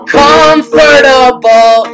comfortable